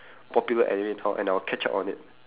popular anime now and I will catch up on it